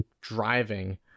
driving